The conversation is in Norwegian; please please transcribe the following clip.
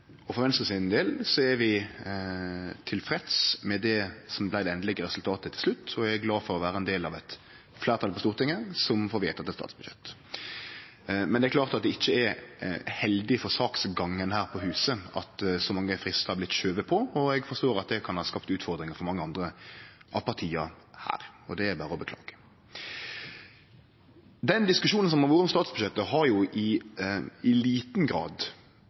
glad for å vere ein del av eit fleirtal på Stortinget som får vedteke eit statsbudsjett. Men det er klart at det ikkje er heldig for saksgangen her på huset at så mange fristar har vorte skyvde på. Eg forstår at det kan ha skapt utfordringar for mange andre av partia her, og det er berre å beklage. Den diskusjonen som har vore om statsbudsjettet, har i liten grad – i alle fall i